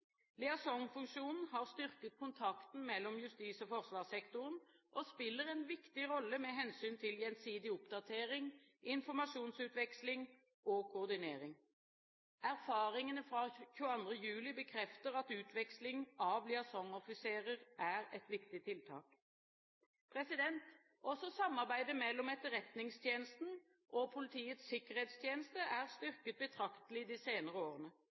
Liaisonfunksjonen har styrket kontakten mellom justis- og forsvarssektoren og spiller en viktig rolle med hensyn til gjensidig oppdatering, informasjonsutveksling og koordinering. Erfaringene fra 22. juli bekrefter at utveksling av liaisonoffiserer er et viktig tiltak. Også samarbeidet mellom Etterretningstjenesten og Politiets sikkerhetstjeneste er styrket betraktelig de senere årene.